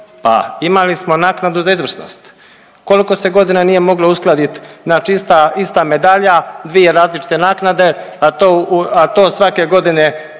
pa imali smo naknadu za izvrsnost. Koliko se godina nije moglo uskladiti na čista ista medalja, dvije različite naknade, a to u, a to svake godine